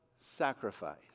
sacrifice